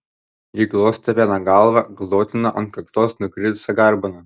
ji glostė beno galvą glotnino ant kaktos nukritusią garbaną